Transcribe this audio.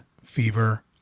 fever